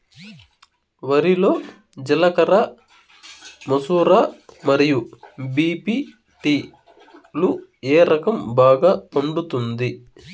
వరి లో జిలకర మసూర మరియు బీ.పీ.టీ లు ఏ రకం బాగా పండుతుంది